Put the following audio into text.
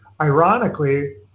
Ironically